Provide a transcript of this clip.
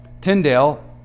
Tyndale